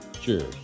Cheers